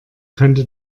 könnte